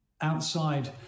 outside